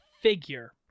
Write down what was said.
figure